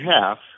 half